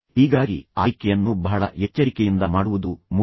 ಹೀಗಾಗಿ ಆಯ್ಕೆಯನ್ನು ಬಹಳ ಎಚ್ಚರಿಕೆಯಿಂದ ಮಾಡುವುದು ಮುಖ್ಯ